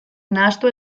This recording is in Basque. nahastu